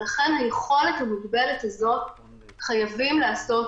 ולכן ביכולת המוגבלת הזאת חייבים לעשות